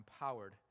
empowered